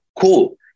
cool